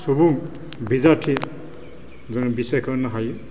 सुबुं बिजाथि जों बिसायख'नो हायो